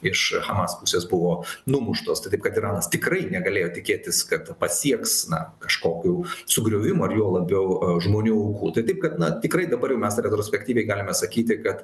iš hamas pusės buvo numuštos tai taip kad iranas tikrai negalėjo tikėtis kad pasieks na kažkokių sugriovimų ar juo labiau žmonių aukų tai taip kad na tikrai dabar jau mes retrospektyviai galime sakyti kad